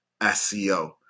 SEO